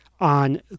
on